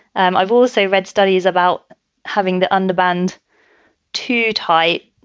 um i've also read studies about having the unbend too tight.